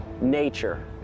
nature